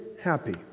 happy